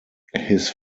his